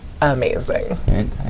amazing